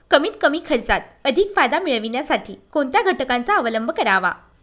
कमीत कमी खर्चात अधिक फायदा मिळविण्यासाठी कोणत्या घटकांचा अवलंब करावा?